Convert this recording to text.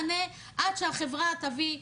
מה המענה עד שהחברה תביא?